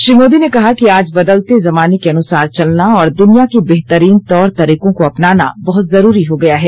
श्री मोदी ने कहा कि आज बदलते जमाने के अनुसार चलना और दुनिया के बेहतरीन तौर तरीकों को अपनाना बहुत जरूरी हो गया है